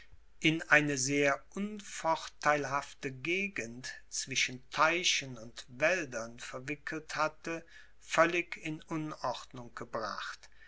in eine sehr unvorteilhafte gegend zwischen teichen und wäldern verwickelt hatte völlig in unordnung gebracht